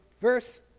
verse